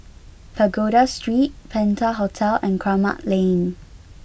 Pagoda Street Penta Hotel and Kramat Lane